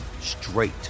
straight